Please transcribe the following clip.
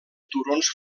turons